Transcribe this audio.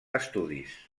estudis